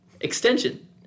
extension